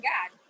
God